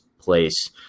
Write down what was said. place